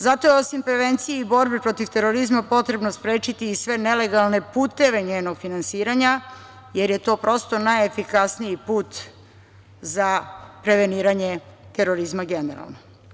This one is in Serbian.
Zato je osim prevencije i borbe protiv terorizma potrebno je sprečiti i sve nelegalne puteve njenog finansiranja, jer je to prosto najefikasniji put za preveniranje terorizma generalno.